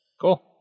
cool